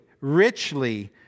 richly